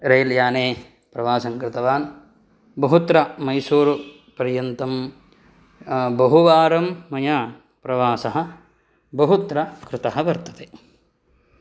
rail याने प्रवासङ्कृतवान् बहुत्र मैसूरुपर्यन्तं बहुवारं मया प्रवासः बहुत्र कृतः वर्तते